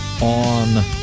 on